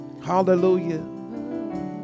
hallelujah